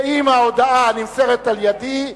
ואם ההודעה נמסרת על-ידי,